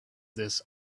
this